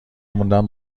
موندم